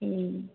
ও